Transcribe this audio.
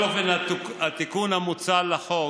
התיקון המוצע לחוק